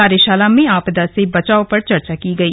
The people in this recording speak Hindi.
कार्यशाला में आपदा से बचाव पर चर्चा की गई